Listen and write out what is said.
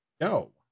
go